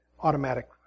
automatic